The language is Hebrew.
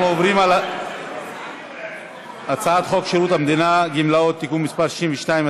אנחנו עוברים להצעת חוק שירות המדינה (גמלאות) (תיקון מס' 62),